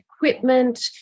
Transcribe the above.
equipment